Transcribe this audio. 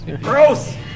Gross